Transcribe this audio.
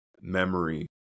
memory